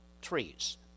trees